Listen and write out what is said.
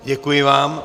Děkuji vám.